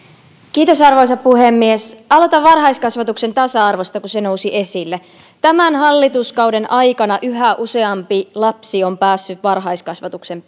arvoisa puhemies aloitan varhaiskasvatuksen tasa arvosta koska se nousi esille tämän hallituskauden aikana yhä useampi lapsi on päässyt varhaiskasvatuksen